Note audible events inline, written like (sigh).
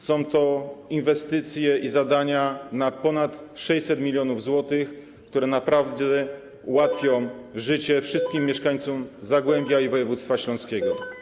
Są to inwestycje i zadania na ponad 600 mln zł, które naprawdę ułatwią (noise) życie wszystkim mieszkańcom Zagłębia i województwa śląskiego.